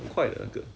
one day thing ha